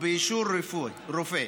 ובאישור רופא,